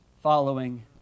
following